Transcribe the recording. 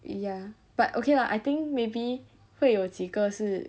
ya but okay lah I think maybe 会有几个是